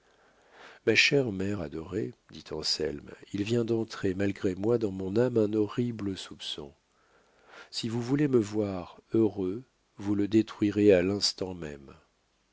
ma chère mère adorée dit anselme il vient d'entrer malgré moi dans mon âme un horrible soupçon si vous voulez me voir heureux vous le détruirez à l'instant même